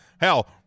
hell